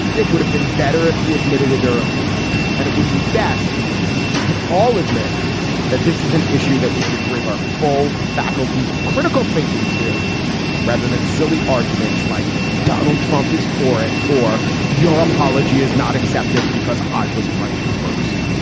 it would have been better if he admitted it earlier and it would be best if we could all admit that this is an issue that we should bring our full faculties of critical thinking to rather than silly arguments like donald trump is for it or your apology is not accepted because i was right first